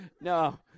No